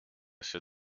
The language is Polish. się